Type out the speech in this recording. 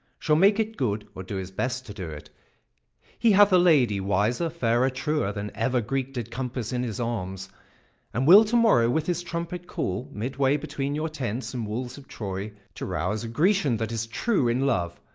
shall make it good or do his best to do it he hath a lady wiser, fairer, truer, than ever greek did couple in his arms and will to-morrow with his trumpet call mid-way between your tents and walls of troy to rouse a grecian that is true in love.